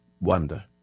wonder